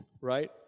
Right